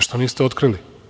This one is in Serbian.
Što niste otkrili?